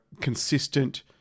consistent